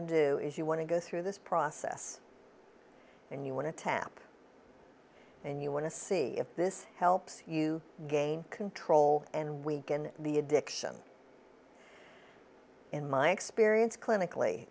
to do is you want to go through this process and you want to tap and you want to see if this helps you gain control and weaken the addiction in my experience clinically